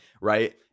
right